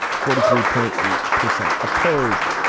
forty three point eight percent opposed.